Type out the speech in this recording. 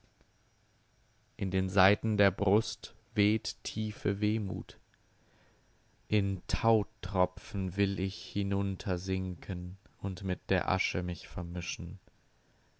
in den saiten der brust weht tiefe wehmut in tautropfen will ich hinuntersinken und mit der asche mich vermischen